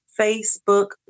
Facebook